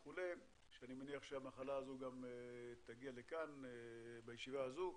שאני מניח שהמחלה תעלה גם בישיבה הזו,